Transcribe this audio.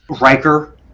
Riker